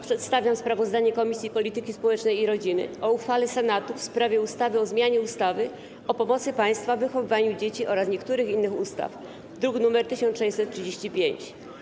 Przedstawiam sprawozdanie Komisji Polityki Społecznej i Rodziny o uchwale Senatu w sprawie ustawy o zmianie ustawy o pomocy państwa w wychowywaniu dzieci oraz niektórych innych ustaw, druk nr 1635.